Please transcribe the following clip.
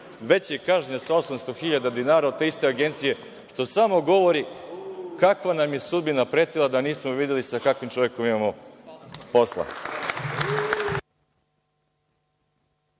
već je kažnjen sa 800 hiljada dinara od te iste agencije, što samo govori kakva nam je sudbina pretila da nismo videli sa kakvim čovekom imamo posla.(Saša